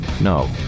No